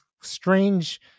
strange